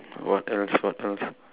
what else what else